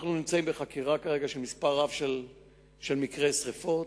אנחנו כרגע בחקירה כרגע של מספר רב של מקרי שרפות,